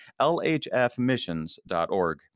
lhfmissions.org